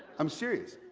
i'm serious.